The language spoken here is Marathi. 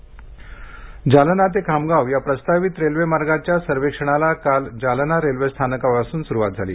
खामगाव जालना रेल्वे जालना ते खामगाव या प्रस्तावित रेल्वे मार्गाच्या सर्वेक्षणाला काल जालना रेल्वे स्थानकापासून सुरुवात झाली